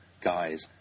guys